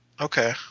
Okay